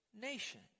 nation